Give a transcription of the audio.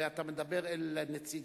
ואתה מדבר אל נציגיך,